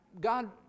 God